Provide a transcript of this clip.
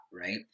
right